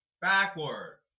backward